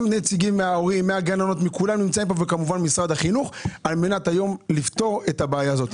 גם נציגי הגננות כאן וכמובן משרד החינוך על מנת לפתור את הבעיה הזאת.